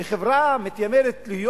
בחברה המתיימרת להיות